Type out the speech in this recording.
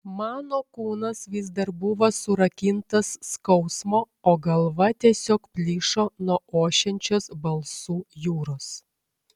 mano kūnas vis dar buvo surakintas skausmo o galva tiesiog plyšo nuo ošiančios balsų jūros